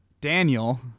Daniel